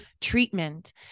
treatment